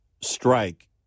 strike